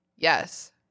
yes